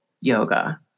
yoga